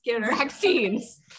vaccines